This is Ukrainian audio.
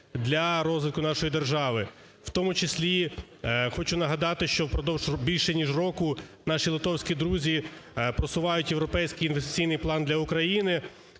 для розвитку нашої держави. В тому числі хочу нагадати, що впродовж більше ніж року наші литовські друзі просувають європейський інвестиційний план для України.